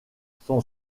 son